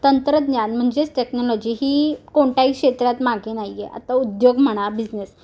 तंत्रज्ञान म्हणजेच टेक्नॉलॉजी ही कोणत्याही क्षेत्रात मागे नाही आहे आता उद्योग म्हणा बिझनेस